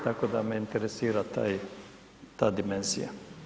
Tako da me interesira ta dimenzija.